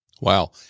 Wow